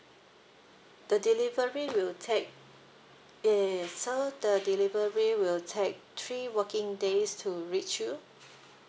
the delivery will take eh so the delivery will take three working days to reach you